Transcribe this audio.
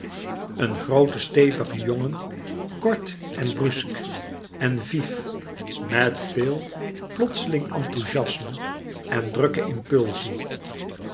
een groote stevige jongen kort en brusk en vif met veel plotseling enthouziasme en drukke impulsie